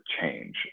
change